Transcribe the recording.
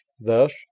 Thus